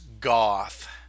goth